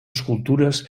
escultures